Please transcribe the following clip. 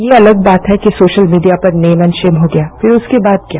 ये अलग बात है कि सोशल मीडिया पर नेम एंड शेम हो गया फिर उसके बाद क्या